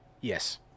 Yes